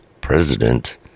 president